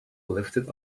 lifted